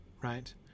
right